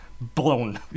blown